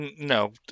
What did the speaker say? No